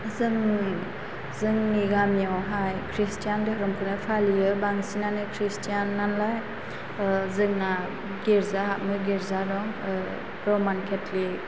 जों जोंनि गामियाव हाय खृस्तियान दोहोरोमखौनो फालियो बांसिनानो खृस्तियान नालाय जोंना गिर्जा हाबनो गिर्जा दं रमान केथ'लिक